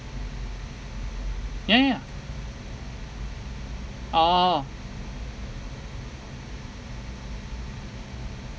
ya ya oh